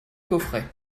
coffret